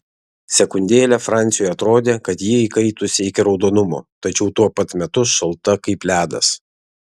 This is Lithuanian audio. sekundėlę franciui atrodė kad ji įkaitusi iki raudonumo tačiau tuo pat metu šalta kaip ledas